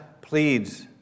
pleads